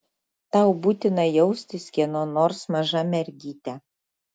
tau būtina jaustis kieno nors maža mergyte